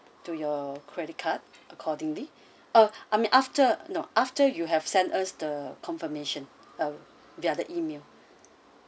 to your credit card accordingly uh I mean after no after you have sent us the confirmation um via the email